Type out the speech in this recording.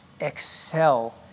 excel